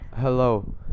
Hello